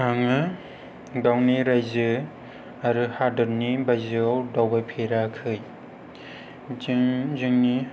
आङो गावनि रायजो आरो हादोरनि बायजोआव दावबायफेराखै जों जोंनि